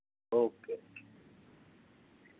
okay okay